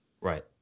right